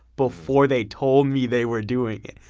before they told me they were doing it.